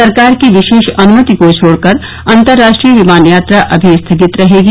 सरकार की विशेष अनुमति को छोडकर अंतरराष्ट्रीय विमान यात्रा अभी स्थगित रहेगी